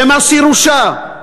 במס ירושה,